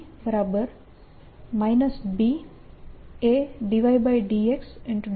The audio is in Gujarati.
તેથી p BA∂y∂xxAx થશે